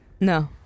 No